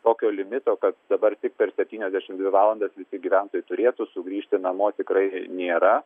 tokio limito kad dabar tik per spetyniasdešimt dvi valandas visi gyventojai turėtų sugrįžti namo tikrai nėra